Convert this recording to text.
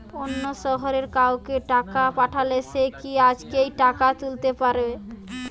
অন্য শহরের কাউকে টাকা পাঠালে সে কি আজকেই টাকা তুলতে পারবে?